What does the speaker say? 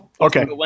Okay